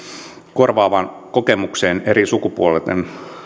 korvaavaan kokemukseen eri sukupuolta